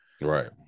Right